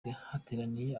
hateraniye